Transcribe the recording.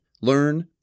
learn